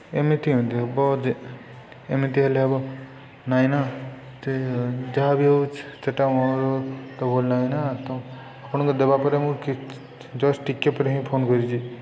ଏମିତି କେମିତି ହେବ ଯେ ଏମିତି ହେଲେ ହେବ ନାହିଁ ନା ସେ ଯାହା ବି ହେଉଛି ସେଇଟା ମୋର ତ ଭୁଲ୍ ନାହିଁ ନା ତ ଆପଣଙ୍କ ଦେବା ପରେ ମୁଁ ଜଷ୍ଟ୍ ଟିକିଏ ପରେ ହିଁ ଫୋନ୍ କରିଛି